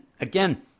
again